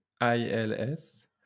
I-L-S